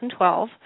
2012